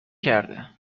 کرده